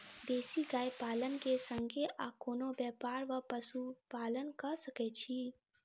देसी गाय पालन केँ संगे आ कोनों व्यापार वा पशुपालन कऽ सकैत छी?